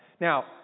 Now